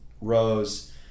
rows